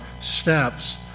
steps